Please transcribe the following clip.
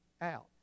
out